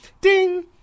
ding